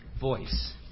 voice